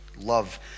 love